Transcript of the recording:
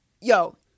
Yo